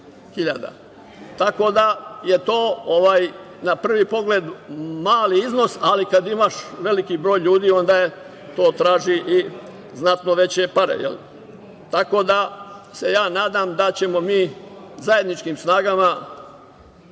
To je na prvi pogled mali iznos, ali kada imaš veliki broj ljudi, onda to traži i znatno veće pare. Tako da se ja nadam da ćemo mi zajedničkim snagama